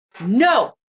no